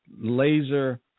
laser